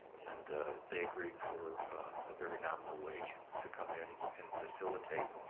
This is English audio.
and they agreed for a very nominal wage to come in and facilitate